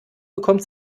bekommt